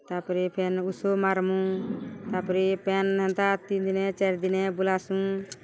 ତା'ପରେ ଫେନ୍ ଉଷୋ ମାର୍ମୁ ତା'ପରେ ପେନ୍ ହେନ୍ତା ତିନି ଦିନେ ଚାରି ଦିନେ ବୁଲାସୁଁ